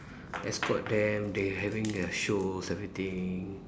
escort them they having their shows everything